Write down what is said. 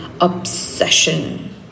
obsession